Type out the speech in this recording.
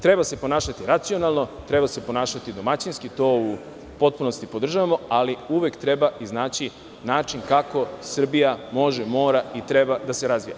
Treba se ponašati racionalno, treba se ponašati domaćinski, to u potpunosti podržavamo, ali uvek treba iznaći način kako Srbija može, mora i treba da se razvija.